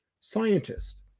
scientist